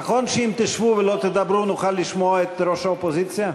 נכון שאם תשבו ולא תדברו נוכל לשמוע את ראש האופוזיציה?